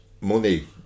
money